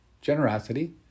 generosity